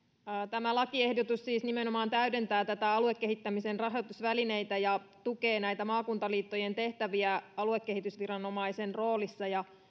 tämä lakiehdotus siis nimenomaan täydentää tämän aluekehittämisen rahoitusvälineitä ja tukee näitä maakuntaliittojen tehtäviä aluekehitysviranomaisen roolissa ja